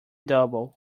double